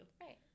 Right